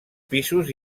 pisos